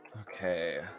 okay